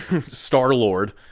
Star-Lord